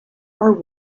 are